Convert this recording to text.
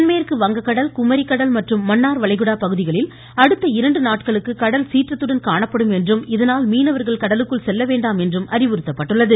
தென் மேற்கு வங்கக் கடல் குமரிக்கடல் மற்றும் மன்னார் வளைகுடா பகுதிகளில் அடுத்த இரண்டு நாட்களுக்கு கடல் சீற்றத்துடன் காணப்படும் என்றும் இதனால் மீனவர்கள் கடலுக்குள் என்றும் அறிவுறுத்தப்பட்டுள்ளது